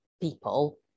people